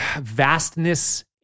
vastness